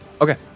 Okay